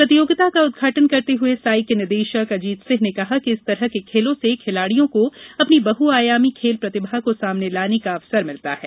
प्रतियोगिता का उदघाटन करते हुए साई के निदेशक अजीत सिंह ने कहा कि इस तरह के खेलों से खिलाड़ियों को अपनी बहुआयामी खेल प्रतिभा को सामने लाने का अवसर मिलता है